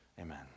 Amen